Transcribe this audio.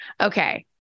Okay